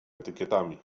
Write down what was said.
etykietami